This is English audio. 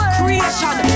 creation